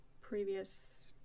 previous